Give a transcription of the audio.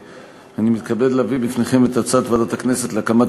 אני מתכבד להביא בפניכם את הצעת ועדת הכנסת להקמת